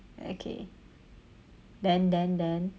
okay then then then